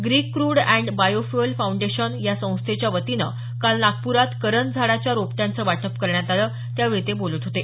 Greek crude and bio fuel foundation या संस्थेच्या वतीन काल नागप्रात करंज झाडाच्या रोपट्यांचं वाटप करण्यात आलं त्यावेळी ते बोलत होते